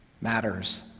matters